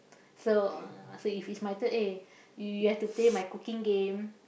so uh so if it's my turn eh you you have to play my cooking game